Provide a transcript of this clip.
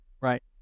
right